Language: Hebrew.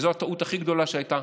וזו הטעות הכי גדולה שהייתה,